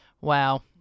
Wow